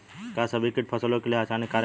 का सभी कीट फसलों के लिए हानिकारक हवें?